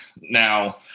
now